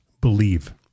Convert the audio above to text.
believe